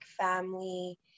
family